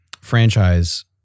franchise